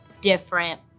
different